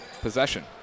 possession